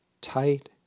Tight